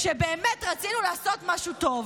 כשבאמת רצינו לעשות משהו טוב,